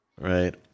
right